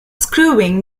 screwing